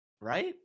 Right